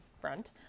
front